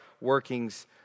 workings